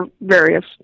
various